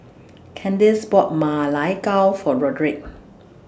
Candis bought Ma Lai Gao For Rodrick